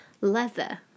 Leather